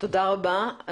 תודה רבה.